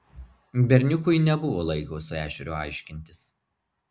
berniukui nebuvo laiko su ešeriu aiškintis